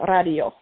Radio